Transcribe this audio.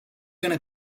gonna